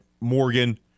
Morgan